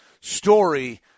story